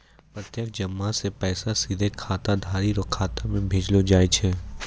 प्रत्यक्ष जमा से पैसा सीधे खाताधारी रो खाता मे भेजलो जाय छै